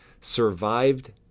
survived